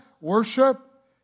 Worship